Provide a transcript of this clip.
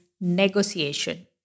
Negotiation